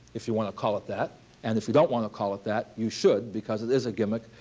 if you want to call it that and if you don't want to call it that, you should, because it is a gimmick,